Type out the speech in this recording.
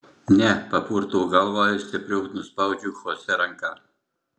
ne papurtau galvą ir stipriau suspaudžiu chosė ranką